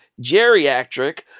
geriatric